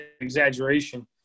exaggeration